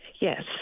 Yes